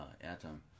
Atom